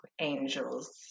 angels